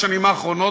בשנים האחרונות,